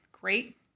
great